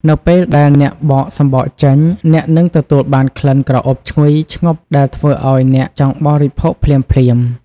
នៅពេលដែលអ្នកបកសម្បកចេញ អ្នកនឹងទទួលបានក្លិនក្រអូបឈ្ងុយឈ្ងប់ដែលធ្វើឱ្យអ្នកចង់បរិភោគភ្លាមៗ។